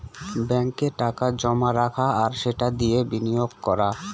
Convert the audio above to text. ব্যাঙ্কে টাকা জমা রাখা আর সেটা দিয়ে বিনিয়োগ করা